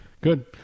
Good